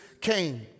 came